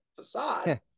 facade